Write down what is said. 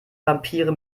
vampire